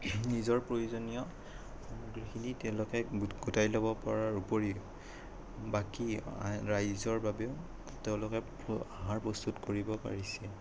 নিজৰ প্ৰয়োজনীয় যিখিনি তেওঁলোকে গোটাই ল'ব পৰাৰ উপৰিও বাকি ৰাইজৰ বাবেও তেওঁলোকে আহাৰ প্ৰস্তুত কৰিব পাৰিছে